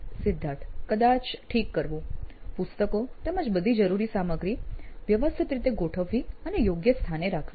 સિદ્ધાર્થ કદાચ ઠીક કરવું પુસ્તકો તેમજ બધી જરૂરી સામગ્રી વ્યવસ્થિત રીતે ગોઠવવી અને યોગ્ય સ્થાને રાખવી